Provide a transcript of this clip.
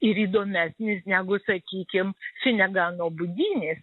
ir įdomesnis negu sakykim finegano budynės